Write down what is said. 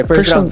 first